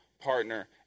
partner